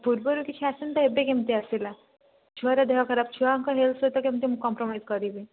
ପୂର୍ବରୁ କିଛି ଆସିନି ତ ଏବେ କେମିତି ଆସିଲା ଛୁଆର ଦେହଖରାପ ଛୁଆଙ୍କ ହେଲ୍ଥ ସହିତ କେମିତି ମୁଁ କମ୍ପରମାଇଜ କରିବି